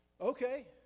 okay